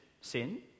sin